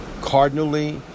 cardinally